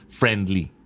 friendly